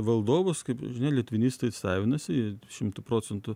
valdovus kaip žinia litvinistai savinasi šimtu procentų